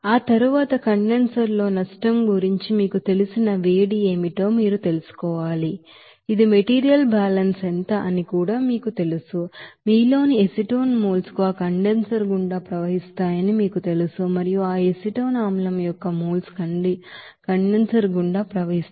ఆ తరువాత కండెన్సర్ లో నష్టం గురించి మీకు తెలిసిన వేడి ఏమిటో మీరు తెలుసుకోవాలని మీకు తెలుసు ఇది మెటీరియల్ బ్యాలెన్స్ ఎంత అని కూడా మీకు తెలుసు మీలోని ఎసిటోన్ మోల్స్ ఆ కండెన్సర్ గుండా ప్రవహిస్తాయని మీకు తెలుసు మరియు ఆ ఎసిటిక్ ఆమ్లం యొక్క మోల్స్ కండెన్సర్ గుండా ప్రవహిస్తాయి